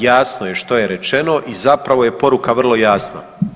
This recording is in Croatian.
Jasno je što je rečeno i zapravo je poruka vrlo jasna.